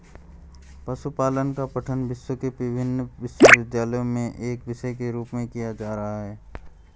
पशुपालन का पठन विश्व के विभिन्न विश्वविद्यालयों में एक विषय के रूप में किया जा रहा है